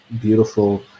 beautiful